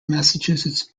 massachusetts